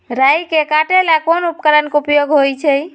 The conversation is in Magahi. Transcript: राई के काटे ला कोंन उपकरण के उपयोग होइ छई?